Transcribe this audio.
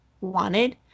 wanted